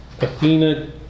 Athena